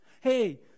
Hey